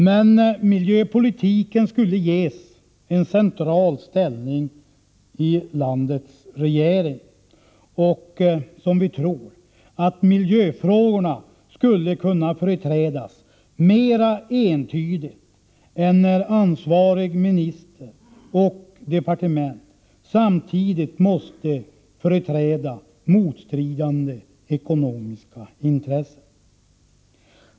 Men miljöpolitiken skulle ges en central ställning i landets regering, och — som vi tror — miljöfrågorna skulle kunna företrädas mera entydigt än när ansvarig minister och ansvarigt departement samtidigt måste företräda motstridande ekonomiska intressen.